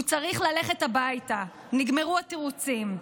הוא צריך ללכת הביתה, נגמרו התירוצים.